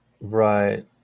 Right